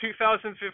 2015